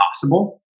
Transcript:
possible